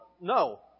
no